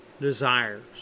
desires